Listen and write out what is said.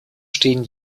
stehen